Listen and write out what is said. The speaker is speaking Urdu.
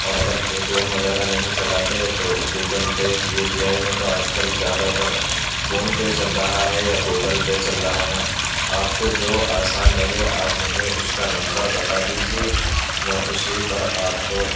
اور اگر پے ٹی ایم وغیرہ نہیں چلاتے تو Google Pay U P I میں تو آج کل زیادہ تر فون پے چل رہا ہے یا گوگل پے چل رہا ہے آپ کو جو آسان لگے آپ مجھے اس کا نمبر بتا دیجیے میں اسی پر آپ کو